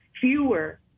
fewer